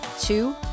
Two